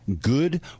good